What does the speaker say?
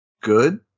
Good